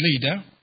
leader